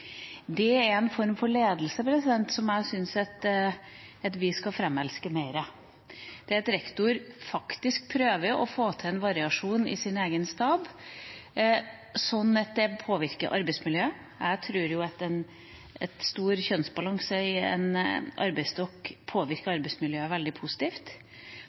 Det er en form for ledelse som jeg syns vi skal framelske mer – at rektor faktisk prøver å få til en variasjon i sin egen stab, sånn at det påvirker arbeidsmiljøet. Jeg tror at en god kjønnsbalanse i en arbeidsstokk påvirker arbeidsmiljøet veldig positivt.